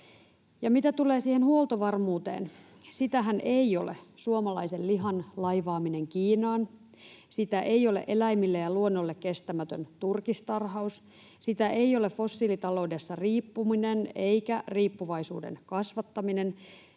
mitä tulee siihen huoltovarmuuteen, niin sitähän ei ole suomalaisen lihan laivaaminen Kiinaan, sitä ei ole eläimille ja luonnolle kestämätön turkistarhaus, sitä ei ole fossiilitaloudessa riippuminen eikä riippuvaisuuden kasvattaminen,